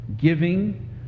giving